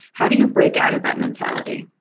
how do you break out of that mentality?